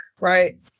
Right